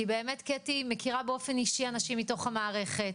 כי באמת קטי מכירה באופן אישי אנשים מתוך המערכת.